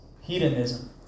hedonism